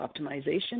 optimization